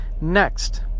Next